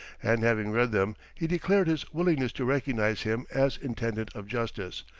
and having read them, he declared his willingness to recognize him as intendant of justice,